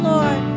Lord